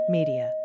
Media